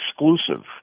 exclusive